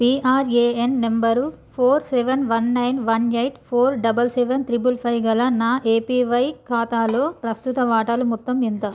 PRAN number four seven one nine one eight four double seven triple five గల నా APY ఖాతాలో ప్రస్తుత వాటాలు మొత్తం ఎంత